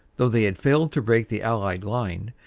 though they had failed to break the allied line,